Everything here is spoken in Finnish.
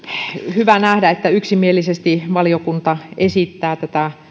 hyvä nähdä että yksimielisesti valiokunta esittää tätä